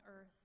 earth